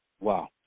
wow